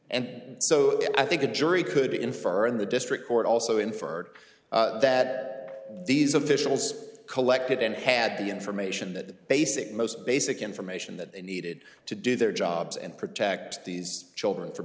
and so i think a jury could infer and the district court also inferred that these officials collected and had the information that basic most basic information that they needed to do their jobs and protect these children from